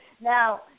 Now